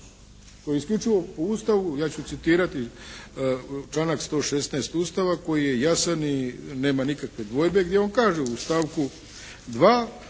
To je isključivo u Ustavu. Ja ću citirati članak 116. Ustava koji je jasan i nema nikakve dvojbe gdje on kaže … u stavku 2.